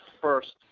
first